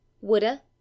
woulda